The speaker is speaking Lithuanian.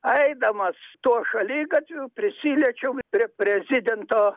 eidamas tuo šaligatviu prisiliečiau prie prezidento